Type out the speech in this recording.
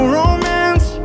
romance